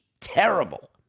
terrible